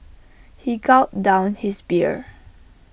he gulped down his beer